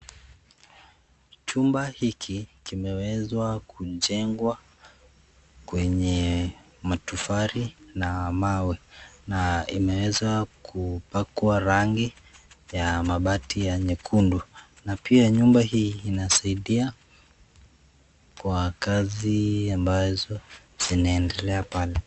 Chumba hiki kimeweza kujengwa, kwenye matofari na mawe, na imeeza kupakwa rangi, ya mabati ya nyekundu, na pia nyumba hii inasaidia, kwa kazi ambazo, zinaendelea pale.